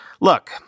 look